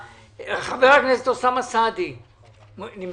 חבר הכנסת אוסאמה סעדי, בבקשה.